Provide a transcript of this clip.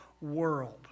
world